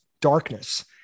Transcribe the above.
darkness